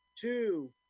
two